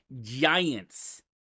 giants